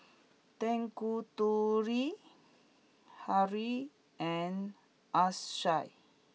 Tanguturi Hri and Akshay